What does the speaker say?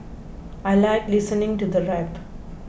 I like listening to the rap